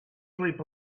sleep